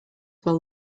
will